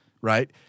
right